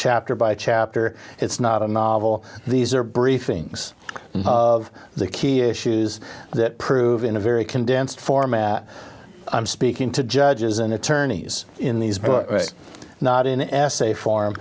chapter by chapter it's not a novel these are briefings of the key issues that prove in a very condensed format i'm speaking to judges and attorneys in these but not in essay form